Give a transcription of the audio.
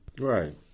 Right